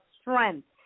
strength